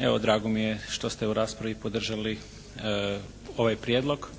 Evo drago mi je što ste u raspravi podržali ovaj prijedlog.